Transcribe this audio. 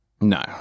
No